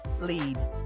lead